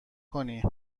کنی